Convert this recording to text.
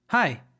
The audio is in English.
Hi